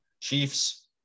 Chiefs